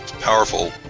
powerful